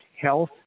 Health